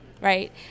right